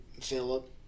Philip